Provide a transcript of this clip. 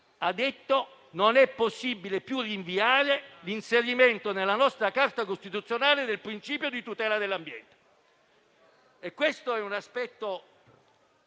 ha sostenuto che non era più possibile rinviare l'inserimento nella nostra Carta costituzionale del principio di tutela dell'ambiente. Questo è un aspetto